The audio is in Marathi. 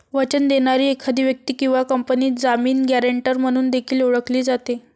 वचन देणारी एखादी व्यक्ती किंवा कंपनी जामीन, गॅरेंटर म्हणून देखील ओळखली जाते